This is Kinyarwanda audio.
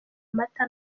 amata